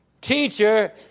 teacher